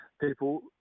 people